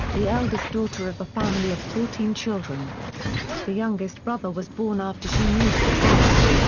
the eldest daughter of a family of fourteen children the youngest brother was born after she moved to paris.